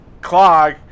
clock